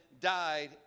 died